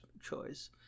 choice